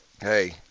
Hey